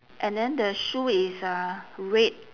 and then the shoe is uh red